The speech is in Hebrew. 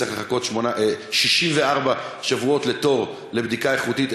צריך לחכות 64 שבועות לתור לבדיקה איכותית,